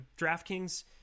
DraftKings